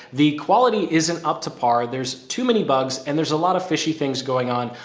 the quality isn't up to par, there's too many bugs and there's a lot of fishy things going on,